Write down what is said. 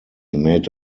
made